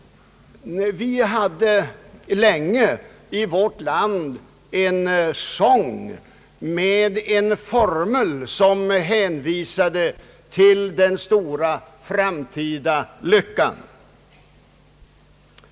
Vi har i vårt land en sång med en formel som visar vägen till den stora framtida lyckan.